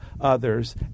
others